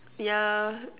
yeah